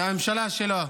מהממשלה שלו,